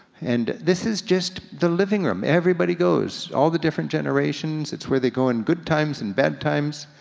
and this is just the living room. everybody goes, all the different generations. it's where they go in good times and bad times.